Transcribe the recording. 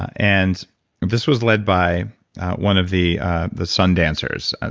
and this was led by one of the the sun dancers. and